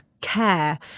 care